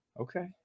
Okay